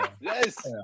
Yes